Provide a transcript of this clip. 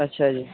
ਅੱਛਾ ਜੀ